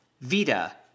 Vita